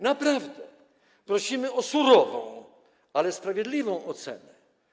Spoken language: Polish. Naprawdę, prosimy o surową, ale sprawiedliwą ocenę.